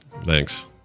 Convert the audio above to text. Thanks